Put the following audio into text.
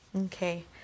Okay